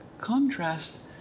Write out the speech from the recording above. contrast